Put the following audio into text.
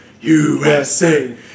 USA